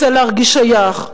רוצה להרגיש שייך,